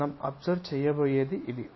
మనం అబ్సర్వ్ చేయబోయేది ఇది